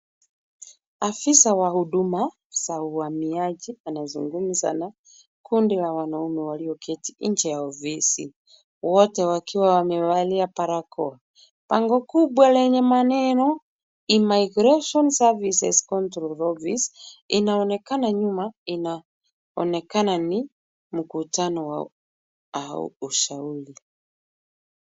Afisa wa huduma za uhamiaji anazungumza na kundi la wanaume walioketi nje ya ofisi wote wakiwa wamevalia barakoa. Bango kubwa lenye maneno Immigration Services Control Office inaonekana nyuma inaonekana ni mkutano au ushauri.